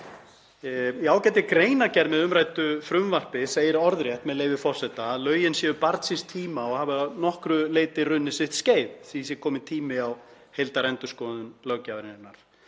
Í ágætri greinargerð með umræddu frumvarpi segir, með leyfi forseta, „að lögin séu barn síns tíma og hafi að nokkru leyti runnið sitt skeið. Því sé tími kominn á heildarendurskoðun löggjafarinnar.“